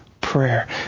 prayer